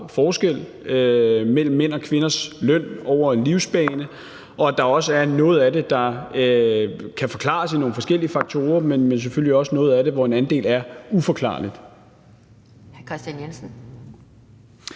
forskel mellem mænd og kvinders løn over en livsbane, dels at noget af det kan forklares med nogle forskellige faktorer, men at noget af det selvfølgelig er uforklarligt.